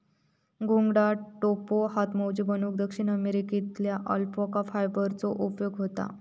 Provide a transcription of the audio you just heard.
घोंगडा, टोप्यो, हातमोजे बनवूक दक्षिण अमेरिकेतल्या अल्पाका फायबरचो उपयोग होता